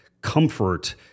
comfort